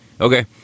okay